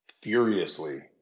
furiously